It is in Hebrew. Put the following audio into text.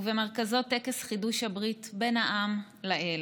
ובמרכזו טקס חידוש הברית בין העם לאל,